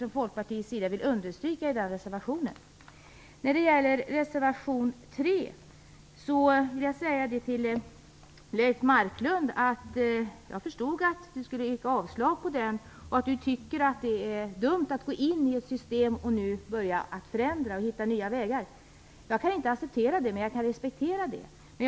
När det gäller reservation 3 vill jag säga till Leif Marklund att jag förstod att han skulle yrka avslag på den och att han tycker att det är dumt att gå in i ett system för att sedan försöka förändra det och hitta nya vägar. Jag kan inte acceptera den uppfattningen, även om jag respekterar den.